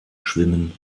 schwimmen